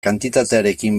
kantitatearekin